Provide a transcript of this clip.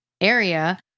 area